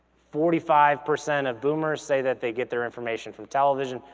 forty five percent of boomers say that they get their information from television,